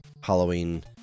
Halloween